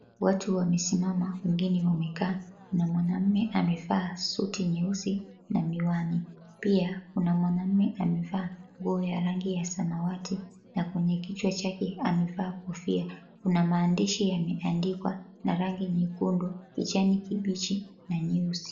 Watu wamesimama wengine wamekaa na mwanamume amevaa suti nyeusi na miwani. Pia kuna mwanamume amevaa nguo ya samawati na kwenye kichwa chake amevaa kofia. Kuna maandishi yameandikwa na rangi nyekundu, kijani kibichi na nyeusi.